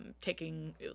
taking